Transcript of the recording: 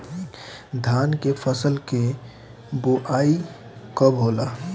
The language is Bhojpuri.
धान के फ़सल के बोआई कब होला?